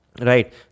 right